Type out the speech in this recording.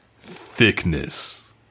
Thickness